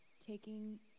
taking